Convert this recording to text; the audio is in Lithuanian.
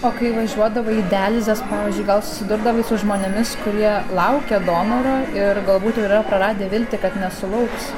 o kai važiuodavai į dializes pavyzdžiui gal susidurdavai su žmonėmis kurie laukia donoro ir galbūt jau yra praradę viltį kad nesulauks